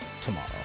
tomorrow